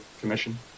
commission